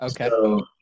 Okay